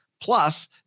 Plus